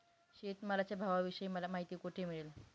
शेतमालाच्या भावाविषयी मला माहिती कोठे मिळेल?